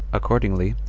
accordingly,